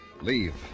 Leave